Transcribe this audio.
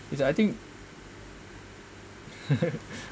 is I think